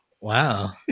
Wow